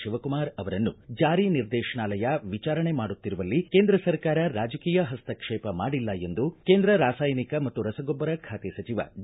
ಶಿವಕುಮಾರ್ ಅವರನ್ನು ಜಾರಿ ನಿರ್ದೇಶನಾಲಯ ವಿಚಾರಣೆ ಮಾಡುತ್ತಿರುವಲ್ಲಿ ಕೇಂದ್ರ ಸರ್ಕಾರ ರಾಜಕೀಯ ಪಸ್ತಕ್ಷೇಪ ಮಾಡಿಲ್ಲ ಎಂದು ಕೇಂದ್ರ ರಾಸಾಯನಿಕ ಮತ್ತು ರಸಗೊಬ್ಬರ ಖಾತೆ ಸಚಿವ ಡಿ